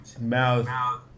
mouth